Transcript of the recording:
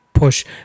push